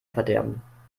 verderben